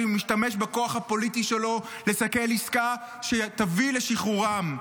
משתמש בכוח הפוליטי שלו לסכל עסקה שתביא לשחרורם.